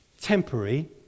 temporary